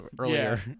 earlier